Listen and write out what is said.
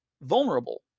vulnerable